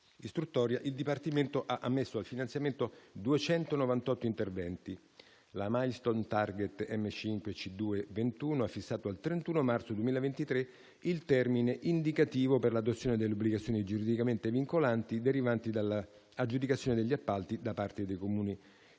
il Dipartimento ha ammesso al finanziamento 298 interventi. La *milestone* e *target* M5C2-21 ha fissato al 31 marzo 2023 il termine indicativo per l'adozione delle obbligazioni giuridicamente vincolanti derivanti dalla aggiudicazione degli appalti da parte dei Comuni